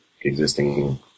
existing